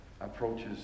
approaches